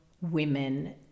women